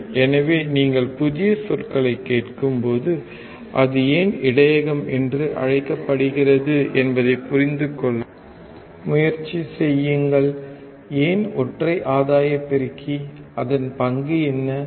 சரி எனவே நீங்கள் புதிய சொற்களைக் கேட்கும்போது அது ஏன் இடையகம் என்று அழைக்கப்படுகிறது என்பதைப் புரிந்து கொள்ள முயற்சி செய்யுங்கள் ஏன் ஒற்றை ஆதாய பெருக்கி அதன் பங்கு என்ன